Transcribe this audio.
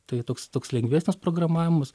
tai toks toks lengvesnis programavimas